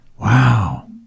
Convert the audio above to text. Wow